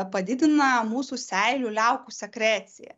padidina mūsų seilių liaukų sekreciją